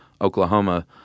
Oklahoma